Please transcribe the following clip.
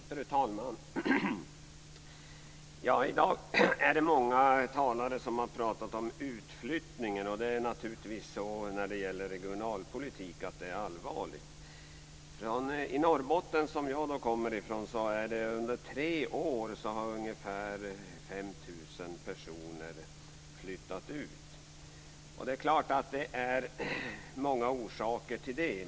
Fru talman! I dag är det många som har talat om utflyttningen, och det är naturligtvis, när det gäller regionalpolitik, allvarligt. Under tre år har ungefär 5 000 personer flyttat ut från Norrbotten, som jag kommer från. Det är klart att det finns många orsaker till det.